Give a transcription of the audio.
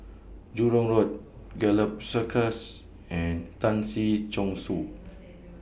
Jurong Road Gallop Circus and Tan Si Chong Su